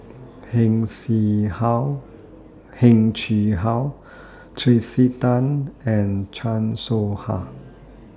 Heng Chee How Tracey Tan and Chan Soh Ha